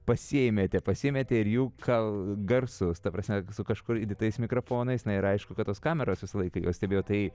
pasiėmėte pasimetė ir jų kal garsus ta prasme su kažkur įdėtais mikrofonais na ir aišku kad tos kameros visą laiką juos stebėjo tai